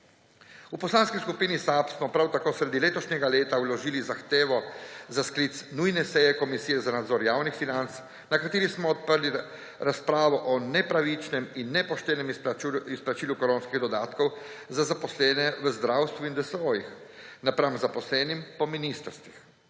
V Poslanski skupini SAB smo prav tako sredi letošnjega leta vložili zahtevo za sklic nujne seje Komisije za nadzor javnih financ, na kateri smo odprli razpravo o nepravičnem in nepoštenem izplačilu koronskih dodatkov za zaposlene v zdravstvu in DSO-jih napram zaposlenim po ministrstvih.